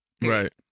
right